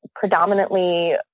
predominantly